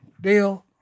deal